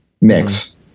mix